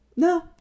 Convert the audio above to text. No